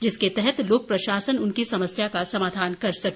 जिसके तहत लोकप्रशासन उनकी समस्या का समाधान कर सके